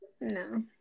No